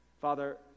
Father